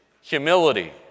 humility